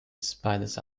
spiders